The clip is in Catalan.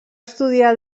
estudiar